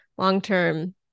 Long-term